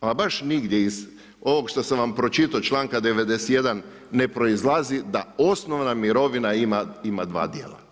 ama baš nigdje iz ovog što sam vam pročitao članka 91. ne proizlazi da osnovna mirovina ima dva dijela.